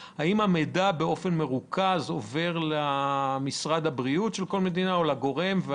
המידע עובר באופן מרוכז למשרד הבריאות של כל מדינה או לגורם אחר,